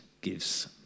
gives